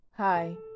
Hi